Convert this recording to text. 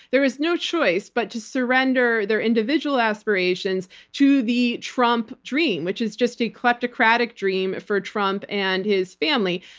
there was no choice but to surrender their individual aspirations to the trump dream, which is just a kleptocratic dream for trump and his family.